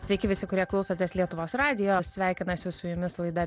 sveiki visi kurie klausotės lietuvos radijo sveikinasi su jumis laida